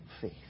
faith